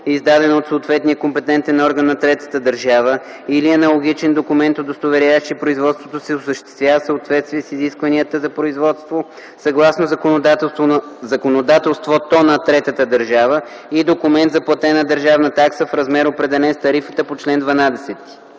издадено от съответния компетентен орган на третата държава, или аналогичен документ, удостоверяващ, че производството се осъществява в съответствие с изискванията за производство съгласно законодателството на третата държава, и документ за платена държавна такса в размер, определен с тарифата по чл. 12.”